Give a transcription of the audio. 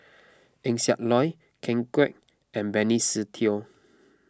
Eng Siak Loy Ken Kwek and Benny Se Teo